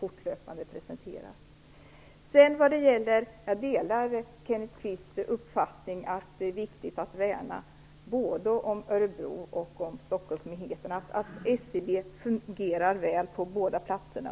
Jag delar Kenneth Kvists uppfattning att det är viktigt att värna både om Örebro och Stockholmsmyndigheten. SCB fungerar väl på båda platserna.